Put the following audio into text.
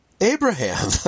Abraham